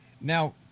Now